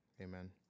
amen